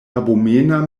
abomena